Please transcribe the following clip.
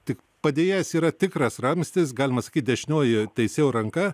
tik padėjėjas yra tikras ramstis galima sakyt dešinioji teisėjo ranka